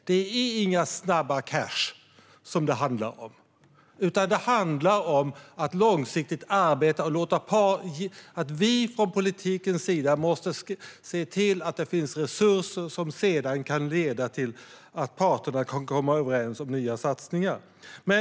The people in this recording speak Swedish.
Det handlar inte om snabba cash utan om ett långsiktigt arbete där politiken måste se till att det finns resurser så att parterna kan komma överens om nya satsningar.